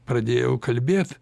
pradėjau kalbėt